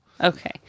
okay